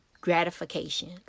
gratification